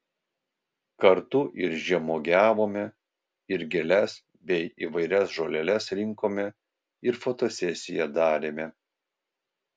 kartu ir žemuogiavome ir gėles bei įvairias žoleles rinkome ir fotosesiją darėme